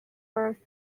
first